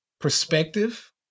perspective